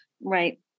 Right